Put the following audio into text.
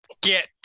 get